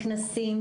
לכנסים,